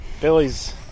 Billy's